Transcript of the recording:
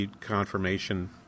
confirmation